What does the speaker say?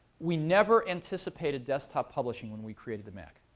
we never anticipated desktop publishing when we created the mac.